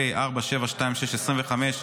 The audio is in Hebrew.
פ/4726/25,